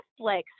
Netflix